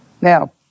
Now